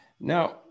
Now